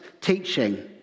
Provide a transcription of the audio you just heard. teaching